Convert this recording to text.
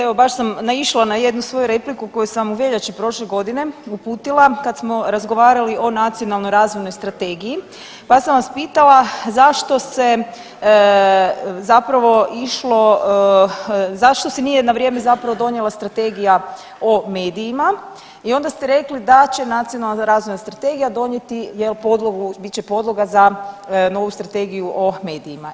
Evo baš sam naišla na jednu svoju repliku koju sam u veljači prošle godine uputila kad smo razgovarali o Nacionalnoj razvojnoj strategiji pa sam vas pitala zašto se zapravo išlo zašto se nije zapravo donijela strategija o medijima i onda ste rekli da će nacionalna razvojna strategija donijeti podlogu, bit će podloga za novu strategiju o medijima.